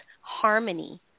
harmony